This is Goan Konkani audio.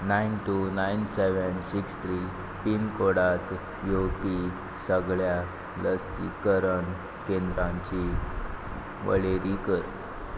nine two nine seven six three पिनकोडांत येवपी सगळ्या लसीकरण केंद्रांची वळेरी कर